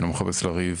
אני לא מחפש לריב